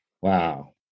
Wow